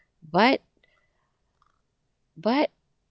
but but